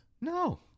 No